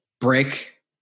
break